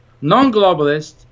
non-globalist